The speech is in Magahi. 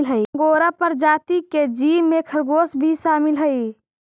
अंगोरा प्रजाति के जीव में खरगोश भी शामिल हई